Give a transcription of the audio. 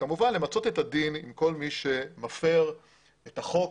כמובן למצות את הדין עם כל מי שמפר את החוק